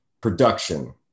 production